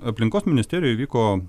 aplinkos ministerijoj įvyko